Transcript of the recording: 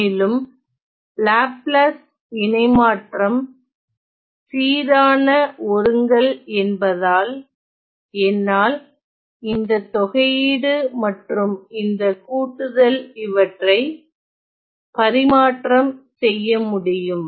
மேலும் லாப்லாஸ் இணைமாற்றம் சீரான ஓருங்கல் என்பதால் என்னால் இந்த தொகையீடு மற்றும் இந்த கூட்டுதல் இவற்றை பரிமாற்றம் செய்ய முடியும்